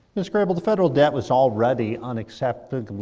miss grey bull, the federal debt was already unaccepted,